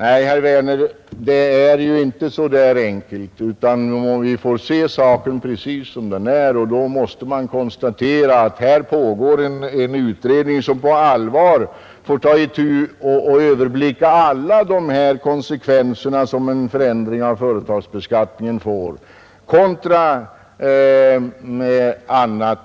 Nej, herr Werner, det är ju inte så där enkelt. Vi får se saken precis som den är, och då måste man konstatera att här pågår en utredning, som på allvar får ta itu med problemet och överblicka alla de konsekvenser en förändring av företagsbeskattningen för med sig kontra alla